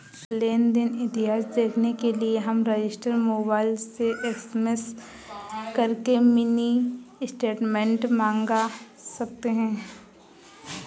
लेन देन इतिहास देखने के लिए हम रजिस्टर मोबाइल से एस.एम.एस करके मिनी स्टेटमेंट मंगा सकते है